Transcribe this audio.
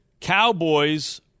Cowboys